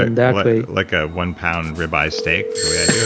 in that way like a one-pound rib eye steak the way i yeah